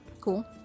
Cool